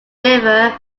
river